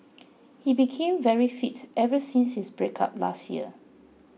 he became very fit ever since his breakup last year